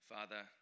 Father